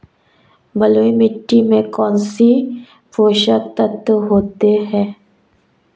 बलुई मिट्टी में कौनसे पोषक तत्व होते हैं?